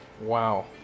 Wow